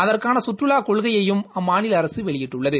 அதற்கான சுற்றுலாக் கொள்கையையும் அம்மாநில அரசு வெளியிட்டுள்ளது